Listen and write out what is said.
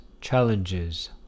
challenges